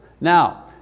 Now